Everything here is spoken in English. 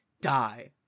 die